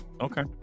Okay